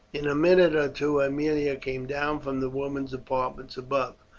in a minute or two aemilia came down from the women's apartments above.